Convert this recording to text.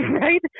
right